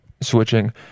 switching